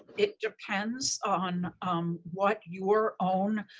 it depends on um what your own,